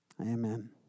Amen